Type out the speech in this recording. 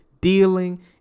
Dealing